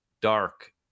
Dark